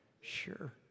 Sure